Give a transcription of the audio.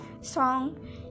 song